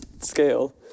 scale